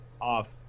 off